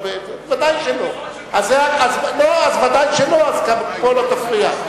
ודאי שלא, אז פה לא תפריע.